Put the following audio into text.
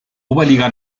oberliga